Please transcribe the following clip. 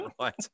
right